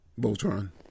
Voltron